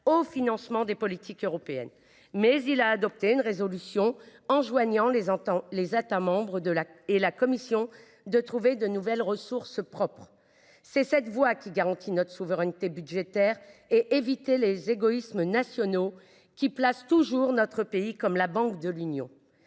au financement des politiques européennes, mais il a adopté une résolution enjoignant aux États membres et à la Commission de trouver de nouvelles ressources propres. Pour garantir notre souveraineté budgétaire et éviter les égoïsmes nationaux, qui font de notre pays la banque de l’Union